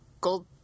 gold